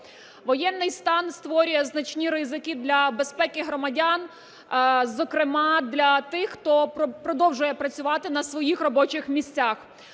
Воєнний стан створює значні ризики для безпеки громадян, зокрема, для тих, хто продовжує працювати на своїх робочих місцях.